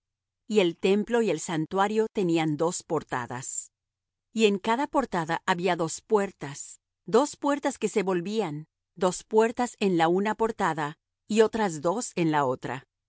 y el templo y el santuario tenían dos portadas y en cada portada había dos puertas dos puertas que se volvían dos puertas en la una portada y otras dos en la otra